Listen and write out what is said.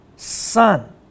Son